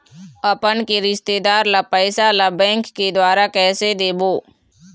अपन के रिश्तेदार ला पैसा ला बैंक के द्वारा कैसे देबो?